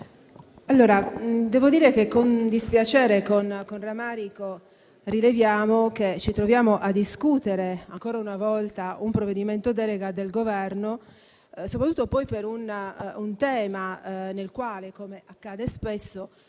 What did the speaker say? Devo dire, con dispiacere e con rammarico, che rileviamo che ci troviamo a discutere, ancora una volta, un provvedimento delega al Governo, soprattutto per un tema sul quale, come accade spesso,